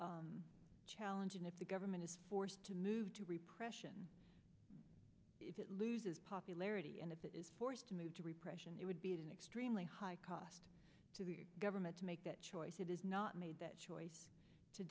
of challenge and if the government is forced to move to repression it loses popularity and if it is forced to move to repression it would be an extremely high cost to the government to make that choice it is not made that choice to